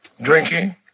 Drinking